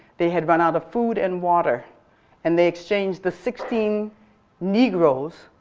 they had run out of food and water and they exchanged the sixteen negros,